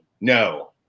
No